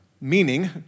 meaning